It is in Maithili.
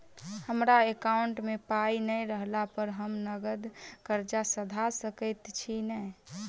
हमरा एकाउंट मे पाई नै रहला पर हम नगद कर्जा सधा सकैत छी नै?